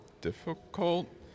difficult